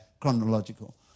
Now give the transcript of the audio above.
chronological